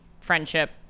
friendship